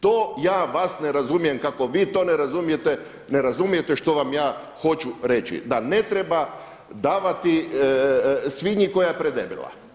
To ja vas ne razumijem kako vi to ne razumijete, ne razumijete što vam ja hoću reći, da ne treba davati svinji koja je predebela.